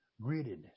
greediness